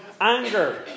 anger